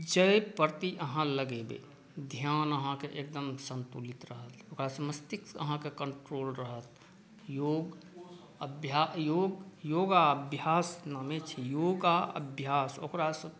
जाहि प्रति अहाँ लगेबै ध्यान अहाॅंके एकदम संतुलित रहत ओकरासॅं मस्तिष्क अहाँके कन्ट्रोल रहत योगाभ्यास योगाभ्यास माने छियै योगा अभ्यास ओकरा सॅं